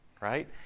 Right